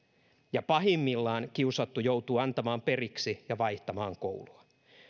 pahimmillaan kiusattu joutuu antamaan periksi ja vaihtamaan koulua